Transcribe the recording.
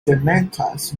demetas